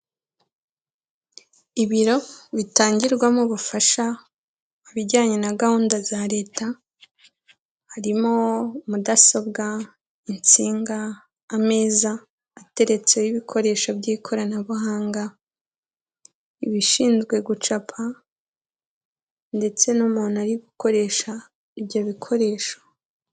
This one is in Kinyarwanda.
Ibiro bitangirwamo ubufasha mu bijyanye na gahunda za Leta harimo mudasobwa, insinga, ameza ateretseho ibikoresho by'ikoranabuhanga, ibishinzwe gucapa ndetse n'umuntu ari gukoresha ibyo bikoresho.